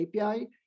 API